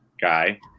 guy